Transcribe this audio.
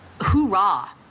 hoorah